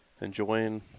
enjoying